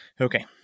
Okay